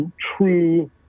true